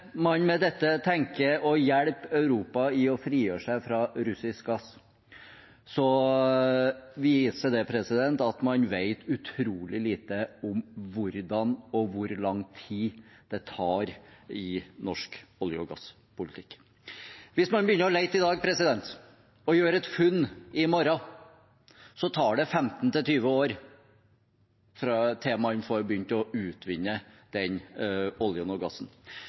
man med dette tenker å hjelpe Europa med å frigjøre seg fra russisk gass, viser det at man vet utrolig lite om hvordan det fungerer og hvor lang tid det tar i norsk olje- og gasspolitikk. Hvis man begynner å lete i dag og gjør et funn i morgen, tar det 15–20 år til man får begynt å utvinne den oljen og gassen